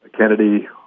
Kennedy